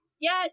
Yes